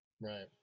Right